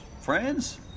Friends